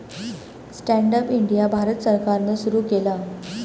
stand up India Bharat सरकारान सुरू केला